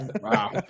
Wow